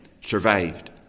survived